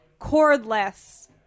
cordless